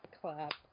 Clap